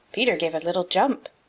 peter gave a little jump.